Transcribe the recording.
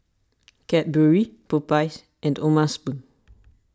Cadbury Popeyes and O'ma Spoon